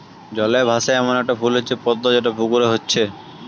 জলে ভাসে এ্যামন একটা ফুল হচ্ছে পদ্ম যেটা পুকুরে হচ্ছে